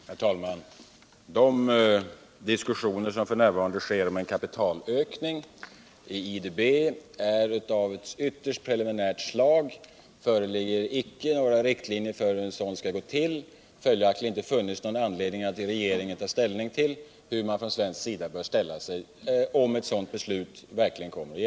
Herr talman! De diskussioner om en kapitalökning i IDB som f. n. sker är av ett ytterst preliminärt slag. Det föreligger icke några riktlinjer för hur en sådan kapitalökning skall gå till: Följaktligen har det inte funnits någon anledning för regeringen att ta ställning till hur man från svensk sida bör ställa sig, om ett beslut om kapitalökning verkligen skulle fattas.